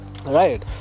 right